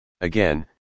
Again